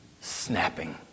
snapping